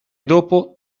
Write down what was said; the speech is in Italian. dopo